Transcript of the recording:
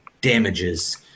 damages